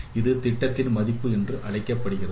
இது திட்டங்களின் மையம் என்று அழைக்கப்படுகிறது